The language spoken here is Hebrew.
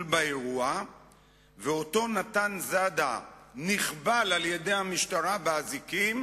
באירוע ואותו נתן זאדה נכבל על-ידי המשטרה באזיקים,